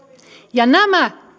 ja nämä